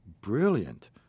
brilliant